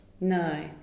No